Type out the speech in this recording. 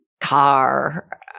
car